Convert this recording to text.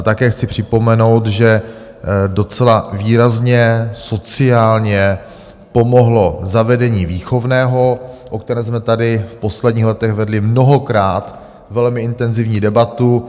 Také chci připomenout, že docela výrazně sociálně pomohlo zavedení výchovného, o které jsme tady v posledních letech vedli mnohokrát velmi intenzivní debatu.